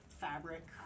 fabric